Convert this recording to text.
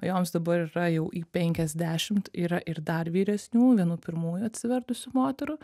joms dabar yra jau į penkiasdešimt yra ir dar vyresnių vienų pirmųjų atsivertusių moterų